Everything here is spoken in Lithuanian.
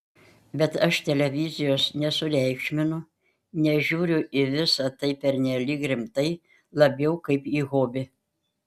bet aš televizijos nesureikšminu nežiūriu į visa tai pernelyg rimtai labiau kaip į hobį